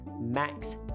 Max